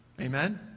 Amen